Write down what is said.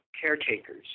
caretakers